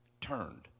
turned